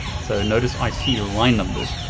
so notice i see line numbers,